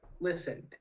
Listen